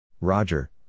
Roger